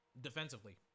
defensively